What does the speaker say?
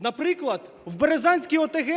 Наприклад, в Березанській ОТГ